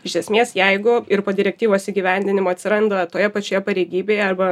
iš esmės jeigu ir po direktyvos įgyvendinimo atsiranda toje pačioje pareigybėje arba